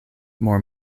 more